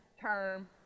term